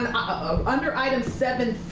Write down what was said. um under item seven,